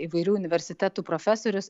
įvairių universitetų profesorius